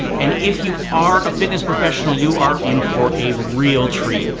and if you are a fitness professional, you are in for a real treat.